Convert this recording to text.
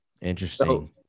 Interesting